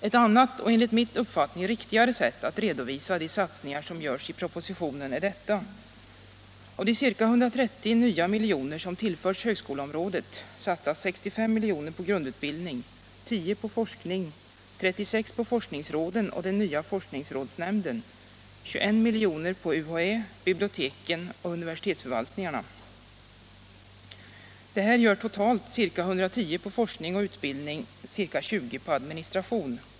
Ett annat och enligt min uppfattning riktigare sätt att redovisa de satsningar som görs i propositionen är detta. Av de ca 130 nya miljoner som tillförs högskoleområdet satsas 65 miljoner på grundutbildningen, 10 på forskning, 36 på forskningsråden och den nya forskningsrådsnämnden och 21 miljoner på UHÄ, biblioteken och universitetsförvaltningarna. Det här gör totalt ca 110 miljoner på forskning och utbildning och ca 20 på administration.